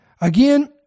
Again